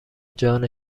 جان